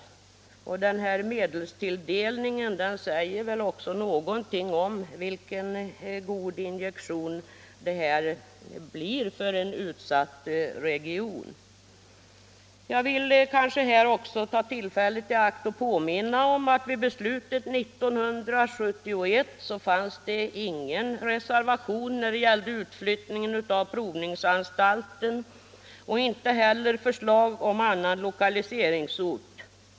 Medelstilldelningen säger väl också någonting om vilken god injektion denna utflyttning blir för en utsatt region. Jag vill här också ta tillfället i akt och påminna om att vid beslutet 1971 fanns det ingen reservation i fråga om utflyttningen av provningsanstalten och inte heller något förslag om annan lokaliseringsort.